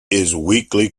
weakly